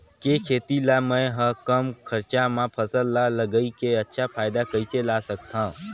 के खेती ला मै ह कम खरचा मा फसल ला लगई के अच्छा फायदा कइसे ला सकथव?